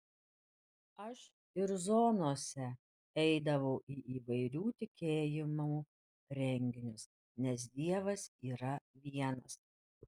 aš ir zonose eidavau į įvairių tikėjimų renginius nes dievas yra vienas